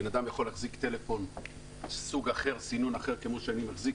בן אדם יכול להחזיק טלפון עם סוג אחר של סינון כמו שאני מחזיק.